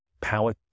power